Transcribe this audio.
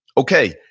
okay,